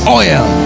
oil